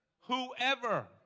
Whoever